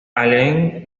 allen